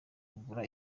kugura